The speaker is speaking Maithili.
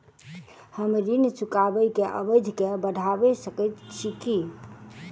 हम ऋण चुकाबै केँ अवधि केँ बढ़ाबी सकैत छी की?